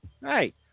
right